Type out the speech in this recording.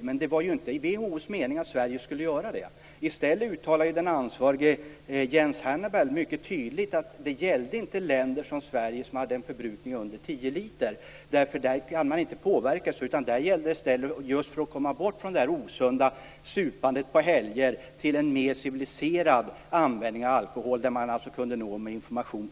men det var inte WHO:s mening att Sverige skulle göra det. I stället uttalade den ansvarige Jens Hannibal mycket tydligt att det inte gällde länder som Sverige som hade en förbrukning under 10 liter. Det kan inte påverkas, utan då gäller det att komma bort från det osunda supandet på helger till en mer civiliserad användning av alkohol. Där kunde man nå med information.